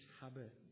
habit